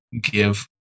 give